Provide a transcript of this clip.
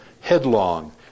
headlong